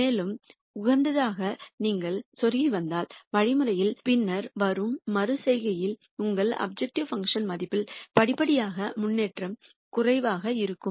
மேலும் உகந்ததாக நீங்கள் நெருங்கி வருவதால் வழிமுறையில் பின்னர் வரும் மறு செய்கைகளில் உங்கள் அப்ஜெக்டிவ் பங்க்ஷன் மதிப்பில் படிப்படியாக முன்னேற்றம் குறைவாக இருக்கும்